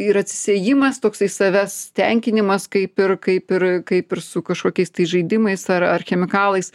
ir acisiejimas toks savęs tenkinimas kaip ir kaip ir kaip ir su kažkokiais tais žaidimais ar ar chemikalais